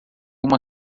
uma